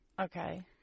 Okay